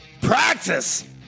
practice